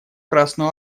красную